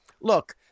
look